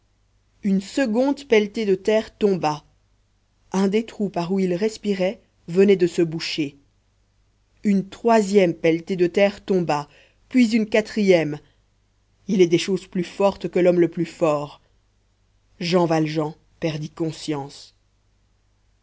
une seconde pelletée de terre tomba un des trous par où il respirait venait de se boucher une troisième pelletée de terre tomba puis une quatrième il est des choses plus fortes que l'homme le plus fort jean valjean perdit